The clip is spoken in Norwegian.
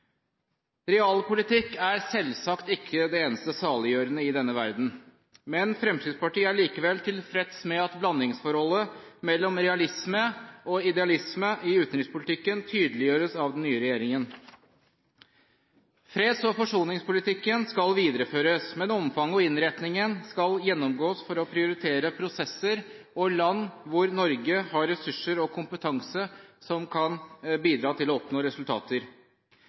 Realpolitikk er selvsagt ikke det eneste saliggjørende i denne verden. Fremskrittspartiet er likevel tilfreds med at blandingsforholdet mellom realisme og idealisme i utenrikspolitikken tydeliggjøres av den nye regjeringen. Freds- og forsoningspolitikken skal videreføres, men omfanget og innretningen skal gjennomgås for å prioritere prosesser og land hvor Norge har ressurser og kompetanse som kan bidra til å oppnå resultater.